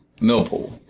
Millpool